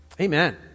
Amen